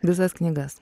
visas knygas